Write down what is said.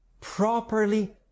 properly